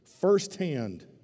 firsthand